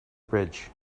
bridge